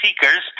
seekers